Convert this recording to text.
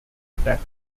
attack